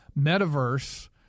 metaverse